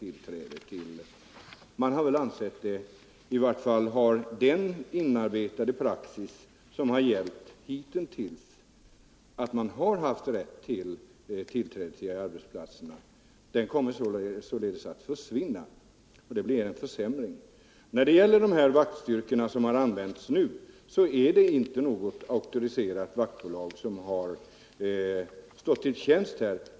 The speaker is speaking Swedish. I vart fall har utredningen inte föreslagit något om rätt till tillträde till arbetslokalerna under konflikt.